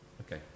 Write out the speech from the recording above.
Okay